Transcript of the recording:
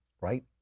right